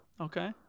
okay